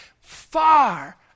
Far